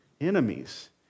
enemies